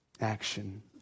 action